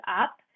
up